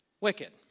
wicked